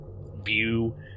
view